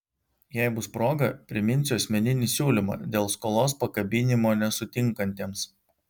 jei bus proga priminsiu asmeninį siūlymą dėl skolos pakabinimo nesutinkantiems